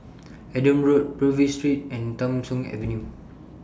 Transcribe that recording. Adam Road Purvis Street and Tham Soong Avenue